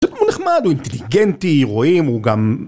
טוב הוא נחמד, הוא אינטליגנטי, רואים, הוא גם...